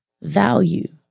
value